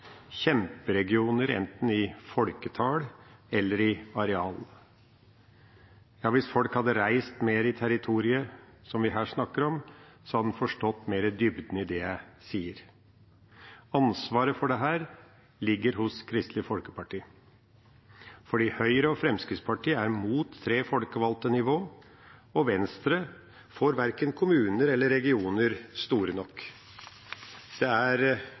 kjemperegioner, enten i folketall eller i areal. Hvis folk hadde reist mer i det territoriet vi her snakker om, hadde en forstått mer av dybden i det jeg sier. Ansvaret for dette ligger hos Kristelig Folkeparti, for Høyre og Fremskrittspartiet er imot tre folkevalgte nivåer, og Venstre får verken kommuner eller regioner store nok. Det er